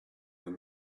them